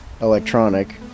electronic